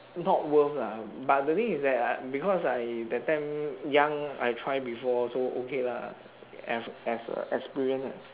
not worth lah but the thing is that I because I that time young I try before so okay lah as as a experience lah